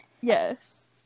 Yes